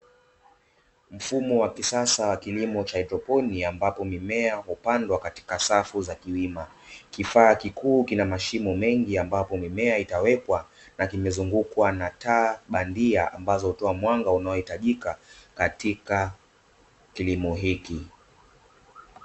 Mfumo wa kisasa wa kilimo cha haidroponi, ambapo mimea hupandwa katika safu za kiwima. Kifaa kikuu kina mashimo mengi ambapo mimea itawekwa na kimezungukwa na taa bandia, ambazo hutoa mwanga unaohitajika katika kilimo hiki.